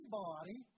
body